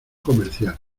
comercial